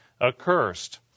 accursed